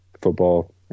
Football